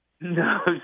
No